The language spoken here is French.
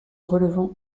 relevant